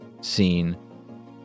scene